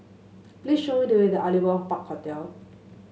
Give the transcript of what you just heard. please show me the way to Aliwal Park Hotel